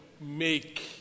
make